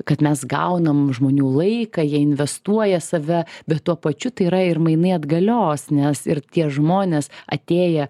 kad mes gaunam žmonių laiką jie investuoja save bet tuo pačiu tai yra ir mainai atgalios nes ir tie žmonės atėję